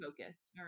focused